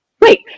wait